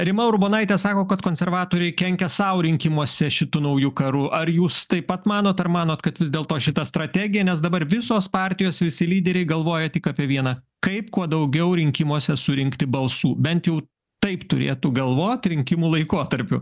rima urbonaitė sako kad konservatoriai kenkia sau rinkimuose šitu nauju karu ar jūs taip pat manot ar manot kad vis dėlto šita strategija nes dabar visos partijos visi lyderiai galvoja tik apie vieną kaip kuo daugiau rinkimuose surinkti balsų bent jau taip turėtų galvot rinkimų laikotarpiu